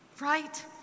Right